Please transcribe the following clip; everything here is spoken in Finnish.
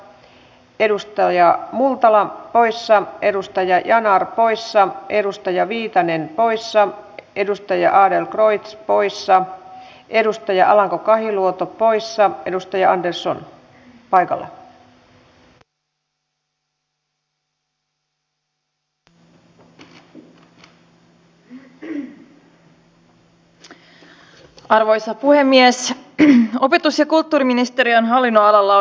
kyllä tämä työmarkkinoiden epäluottamus ja epäsopu johtuu pitkälti siitä että ay liike vieläkin laskee pystyvänsä vaikuttamaan demareitten kautta eikä ymmärrä tosiasioita tämän tilanteen suhteen missä tämä maa on